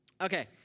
Okay